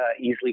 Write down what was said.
easily